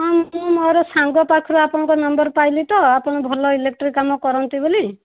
ହଁ ମୁଁ ମୋର ସାଙ୍ଗ ପାଖରୁ ଆପଣଙ୍କ ନମ୍ବର ପାଇଲି ତ ଆପଣ ଭଲ ଇଲେକ୍ଟ୍ରି କାମ କରନ୍ତି ବୋଲି